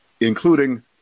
including